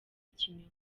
ikinyoma